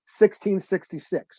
1666